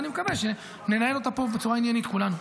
ואני מקווה שננהל אותה פה בצורה עניינית כולנו.